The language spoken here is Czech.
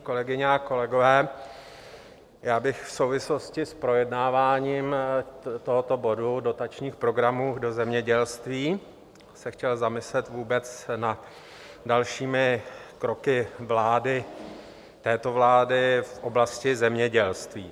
Kolegyně a kolegové, já bych se v souvislosti s projednáváním tohoto bodu dotačních programů do zemědělství chtěl zamyslet vůbec nad dalšími kroky této vlády v oblasti zemědělství.